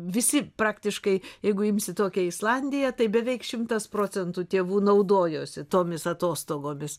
visi praktiškai jeigu imsi tokią islandiją tai beveik šimtas procentų tėvų naudojosi tomis atostogomis